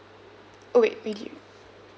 oh wait we give